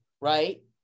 Right